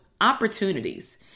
opportunities